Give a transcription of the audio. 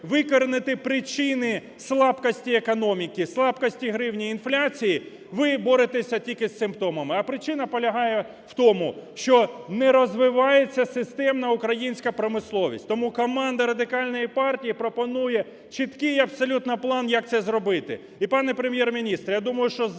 викоренити причини слабкості економіки, слабкості гривні, інфляції, ви боретеся тільки з симптомами. А причина полягає в тому, що не розвивається системна українська промисловість. Тому команда Радикальної партії пропонує чіткий абсолютно план, як це зробити. І, пане Прем’єр-міністр, я думаю, що зала